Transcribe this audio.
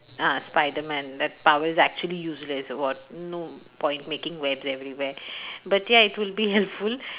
ah spiderman that power is actually useless got no point making webs everywhere but ya it would be helpful